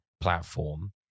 platform